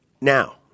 Now